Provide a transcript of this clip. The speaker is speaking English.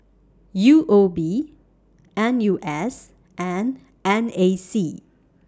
U O B N U S and N A C